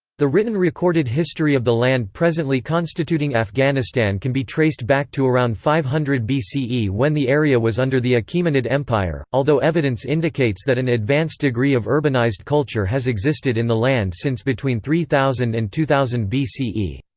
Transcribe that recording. the written recorded history of the land presently constituting afghanistan can be traced back to around five hundred bce when the area was under the achaemenid empire, although evidence indicates that an advanced degree of urbanized culture has existed in the land since between three thousand and two thousand bce.